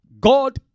God